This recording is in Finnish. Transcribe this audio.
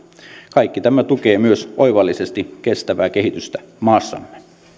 kaikki tämä tukee myös oivallisesti kestävää kehitystä maassamme